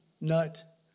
nut